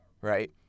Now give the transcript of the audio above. right